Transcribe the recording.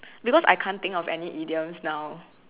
because I can't think of any idioms now